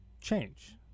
change